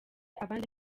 abandi